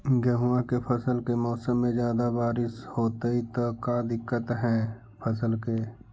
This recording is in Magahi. गेहुआ के फसल के मौसम में ज्यादा बारिश होतई त का दिक्कत हैं फसल के?